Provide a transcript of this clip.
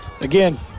Again